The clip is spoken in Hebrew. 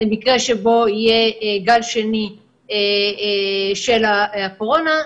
במקרה שבו יהיה גל שני של הקורונה.